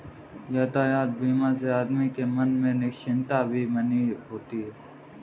यातायात बीमा से आदमी के मन में निश्चिंतता भी बनी होती है